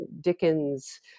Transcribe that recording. Dickens